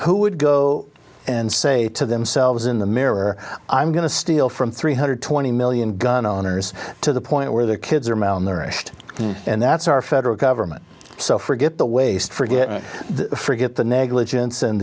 who would go and say to themselves in the mirror i'm going to steal from three hundred twenty million gun owners to the point where their kids are malnourished and that's our federal government so forget the waste forget the forget the negligence and